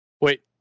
wait